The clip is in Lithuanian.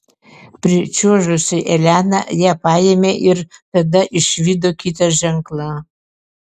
pričiuožusi elena ją paėmė ir tada išvydo kitą ženklą